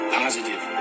positive